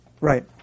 Right